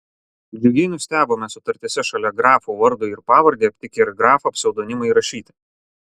džiugiai nustebome sutartyse šalia grafų vardui ir pavardei aptikę ir grafą pseudonimui įrašyti